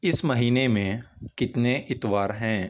اس مہینے میں کتنے اتوار ہیں